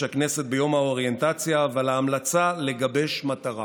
הכנסת ביום האוריינטציה ולהמלצה לגבש מטרה.